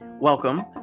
Welcome